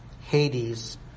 Hades